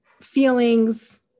feelings